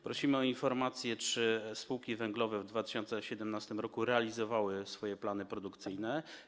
Prosimy o informację, czy spółki węglowe w 2017 r. realizowały swoje plany produkcyjne.